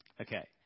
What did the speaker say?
Okay